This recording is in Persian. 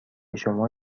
شما